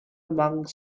among